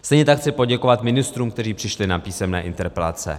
Stejně tak chci poděkovat ministrům, kteří přišli na písemné interpelace.